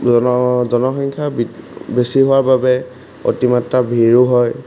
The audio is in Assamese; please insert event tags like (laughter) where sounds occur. জন জনসংখ্যা (unintelligible) বেছি হোৱাৰ বাবে অতিমাত্ৰা ভিৰো হয়